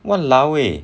!walao! eh